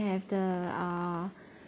have the uh